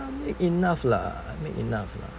I make enough lah I make enough lah